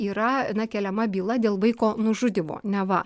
yra na keliama byla dėl vaiko nužudymo neva